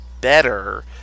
better